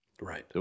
Right